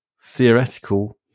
theoretical